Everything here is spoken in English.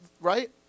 right